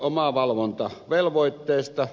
sitten omavalvontavelvoitteesta